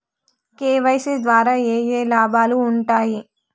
KYC ద్వారా ఏఏ లాభాలు ఉంటాయి?